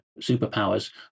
superpowers